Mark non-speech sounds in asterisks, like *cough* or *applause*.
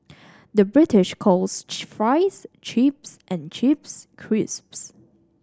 the British calls *unintelligible* fries chips and chips crisps